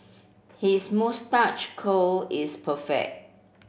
his moustache curl is perfect